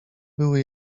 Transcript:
były